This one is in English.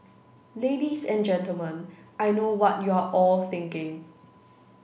ladies and gentlemen I know what you're all thinking